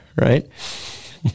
right